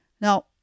Now